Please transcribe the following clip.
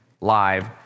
live